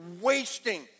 wasting